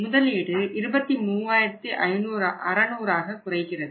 முதலீடு 23600 ஆக குறைகிறது